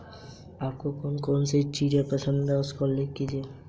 क्या जमा निवेश के समान है?